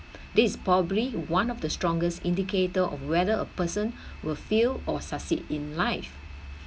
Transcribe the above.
this is probably one of the strongest indicator of whether a person will fail or succeed in life